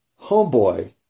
homeboy